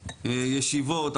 ישיבות,